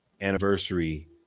anniversary